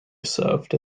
served